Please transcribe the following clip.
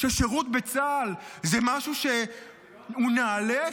ששירות בצה"ל זה משהו שהוא נעלה,